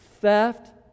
theft